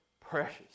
precious